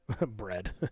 Bread